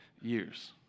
years